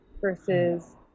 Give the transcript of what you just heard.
versus